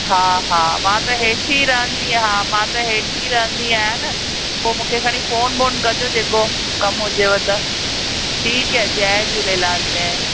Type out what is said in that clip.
हा हा मां त हेठि ई रहंदी हा मां त हेठि ई रहंदी आहियां न पोइ मूंखे खणी फ़ोन बोन कजो जेको कमु हुजेव त ठीकु है जय झूलेलाल जय